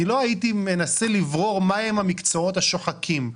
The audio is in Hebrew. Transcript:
לא הייתי מנסה לברור מה הם המקצועות השוחקים.